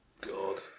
God